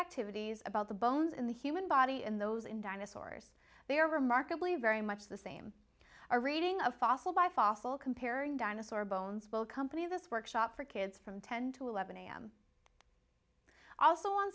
activities about the bones in the human body in those in dinosaurs they are remarkably very much the same a reading of fossil by fossil comparing dinosaur bones will accompany this workshop for kids from ten to eleven am also on